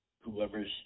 whoever's